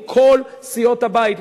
מכל סיעות הבית,